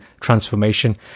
transformation